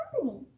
company